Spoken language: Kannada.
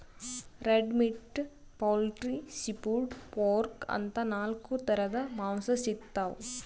red meat, poultry, seafood, pork ಅಂತಾ ನಾಲ್ಕ್ ಥರದ್ ಮಾಂಸಾ ಸಿಗ್ತವ್